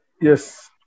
Yes